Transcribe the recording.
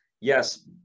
Yes